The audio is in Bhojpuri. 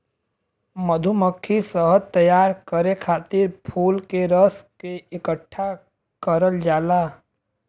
मधुमक्खी शहद तैयार करे खातिर फूल के रस के इकठ्ठा करल जाला